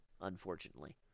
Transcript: unfortunately